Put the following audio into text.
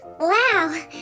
Wow